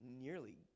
Nearly